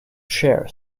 chair